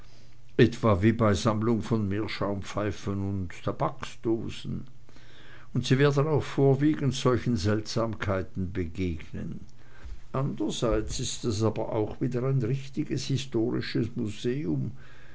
etwa wie bei sammlung von meerschaumpfeifen und tabaksdosen und sie werden auch vorwiegend solchen seltsamkeiten begegnen anderseits aber ist es auch wieder ein richtiges historisches museum